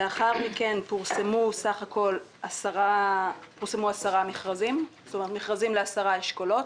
לאחר מכן פורסמו בסך הכול מכרזים עבור עשרה אשכולות.